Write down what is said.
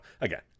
Again